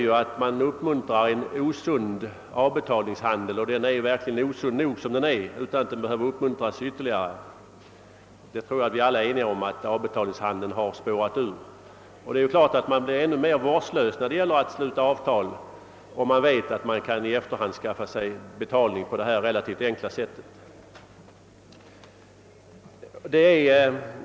Jag tror att vi alla är eniga om att avbetalningshandeln har spårat ur och är osund nog — den behöver alltså inte uppmuntras ytterligare. Men man blir naturligtvis där mera vårdslös när det gäller att sluta avtal, om man vet att man i efterhand kan skaffa sig betalning på detta relativt enkla sätt.